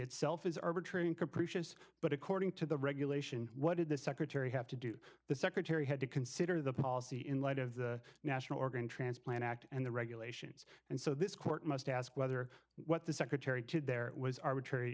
itself is arbitrary and capricious but according to the regulation what did the secretary have to do the secretary had to consider the policy in light of the national organ transplant act and the regulations and so this court must ask whether what the secretary did there was arbitra